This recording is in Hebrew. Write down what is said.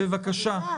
לא.